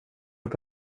upp